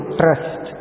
trust